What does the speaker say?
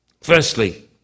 Firstly